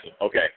Okay